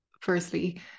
firstly